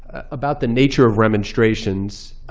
about the nature of remonstrations.